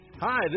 Hi